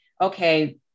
okay